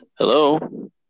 hello